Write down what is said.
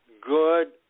good